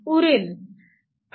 उरेल